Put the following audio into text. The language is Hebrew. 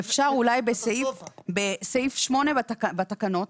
אולי אפשר בסעיף 8 בתקנות,